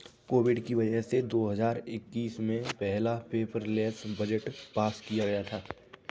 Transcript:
Covid की वजह से दो हजार इक्कीस में पहला पेपरलैस बजट पास किया गया था